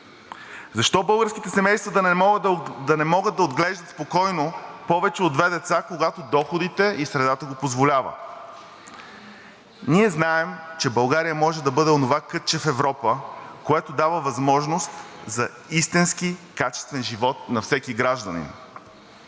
Защо българските семейства да не могат да отглеждат спокойно повече от две деца, когато доходите и средата го позволяват? Ние знаем, че България може да бъде онова кътче в Европа, което дава възможност за истински качествен живот на всеки гражданин.